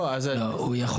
הוא יכול